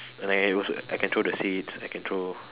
and I also I can throw the seeds I can throw